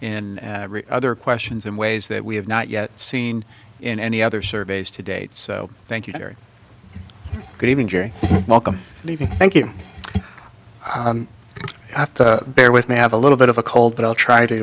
in other questions in ways that we have not yet seen in any other surveys to date so thank you very welcome and even thank you i have to bear with me i have a little bit of a cold but i'll try to